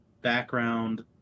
background